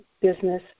business